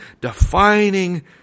defining